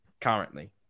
currently